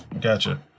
Gotcha